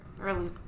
early